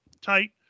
tight